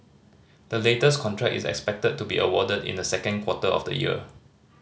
the latest contract is expected to be awarded in the second quarter of the year